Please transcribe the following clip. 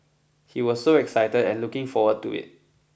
he was so excited and looking forward to it